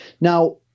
Now